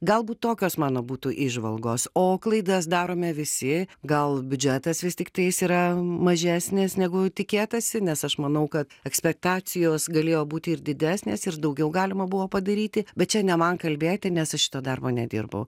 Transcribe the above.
galbūt tokios mano būtų įžvalgos o klaidas darome visi gal biudžetas vis tiktais yra mažesnis negu tikėtasi nes aš manau kad ekspektacijos galėjo būti ir didesnės ir daugiau galima buvo padaryti bet čia ne man kalbėti nes aš šito darbo nedirbau